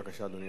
בבקשה, אדוני